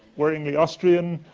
worryingly austrian,